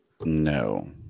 No